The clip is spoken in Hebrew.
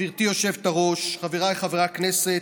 גברתי היושבת-ראש, חבריי חברי הכנסת,